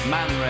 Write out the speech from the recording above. Man